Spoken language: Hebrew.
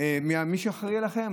ממי שאחראי לכם.